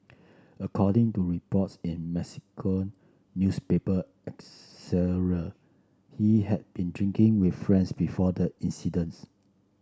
according to reports in Mexican newspaper he had been drinking with friends before the incidents